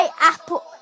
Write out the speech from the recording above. Apple